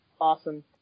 awesome